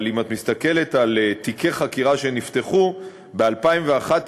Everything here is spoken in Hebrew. אבל אם את מסתכלת על תיקי חקירה שנפתחו: ב-2011,